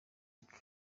bwe